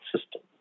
system